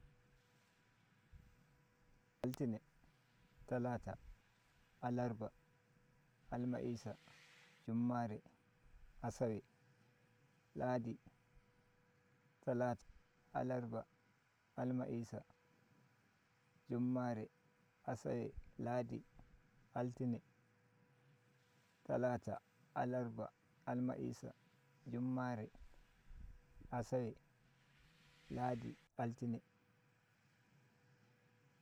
Altine talata Alarba Almahisa jummare Asawe ladi Tala alaraba almahisa jummare asawe ladi Altine talata alarba almahisa jummare asawe ladi altine talata.